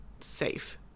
safe